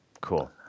Cool